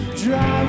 drive